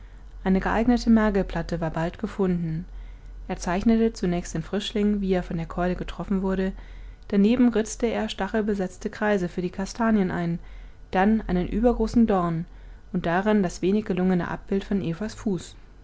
eine geeignete mergelplatte war bald gefunden er zeichnete zunächst den frischling wie er von der keule getroffen wurde daneben ritzte er stachelbesetzte kreise für die kastanien ein dann einen übergroßen dorn und daran das wenig gelungene abbild von evas fuß